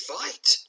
fight